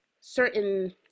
certain